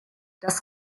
das